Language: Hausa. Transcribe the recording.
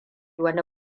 wani